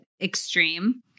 extreme